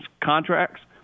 contracts